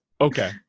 okay